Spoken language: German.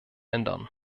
ändern